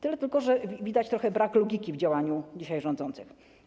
Tyle tylko, że widać trochę brak logiki w działaniu dzisiaj rządzących.